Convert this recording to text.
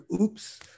oops